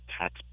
tax